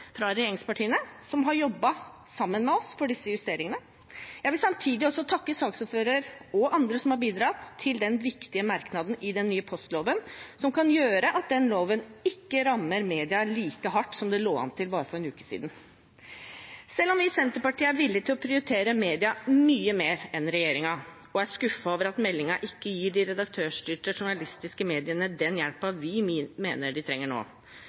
regjeringspartiene som har jobbet sammen med oss for disse justeringene. Jeg vil samtidig takke saksordføreren og andre som har bidratt til den viktige merknaden i forbindelse med den nye postloven, som kan gjøre at den loven ikke rammer media like hardt som det lå an til bare for en uke siden. Selv om vi i Senterpartiet er villig til å prioritere media mye mer enn regjeringen og er skuffet over at meldingen ikke gir de redaktørstyrte journalistiske mediene den hjelpen vi mener de trenger nå,